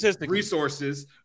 resources